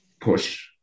push